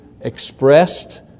expressed